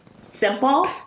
simple